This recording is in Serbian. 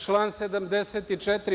Član 74.